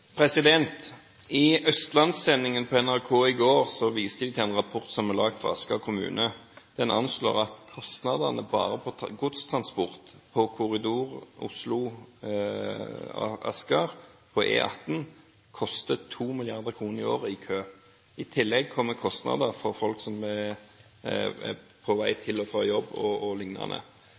I Østlandssendingen på NRK i går ble det vist til en rapport som er laget av Asker kommune. Den anslår at kostnadene bare på godstransport, på korridoren Oslo–Asker på E18, koster 2 mrd. kr i året i kø. I tillegg kommer kostnader for folk som er på vei til og fra jobb